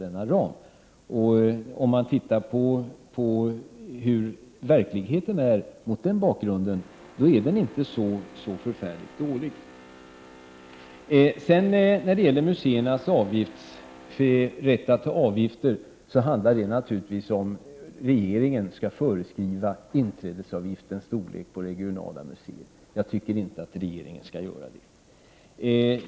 Om man mot denna bakgrund ser på hur verkligheten är, ser man att den inte är så förfärligt dålig. I fråga om museernas rätt att ta avgifter är frågan naturligtvis om regeringen skall föreskriva storleken på inträdesavgiften på regionala museer. Jag tycker inte att regeringen skall göra det.